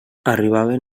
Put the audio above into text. arribaven